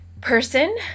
person